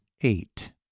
eight